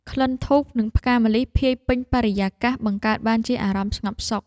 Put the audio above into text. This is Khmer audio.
ក្លិនធូប និងផ្កាម្លិះភាយពេញបរិយាកាស បង្កើតបានជាអារម្មណ៍ស្ងប់សុខ។